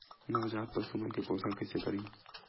नवजात पशु मन के पोषण कइसे करन?